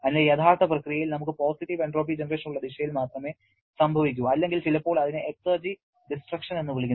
അതിനാൽ യഥാർത്ഥ പ്രക്രിയയിൽ നമുക്ക് പോസിറ്റീവ് എൻട്രോപ്പി ജനറേഷൻ ഉള്ള ദിശയിൽ മാത്രമേ സംഭവിക്കൂ അല്ലെങ്കിൽ ചിലപ്പോൾ അതിനെ എക്സർജി ഡിസ്ട്രക്ഷൻ എന്ന് വിളിക്കുന്നു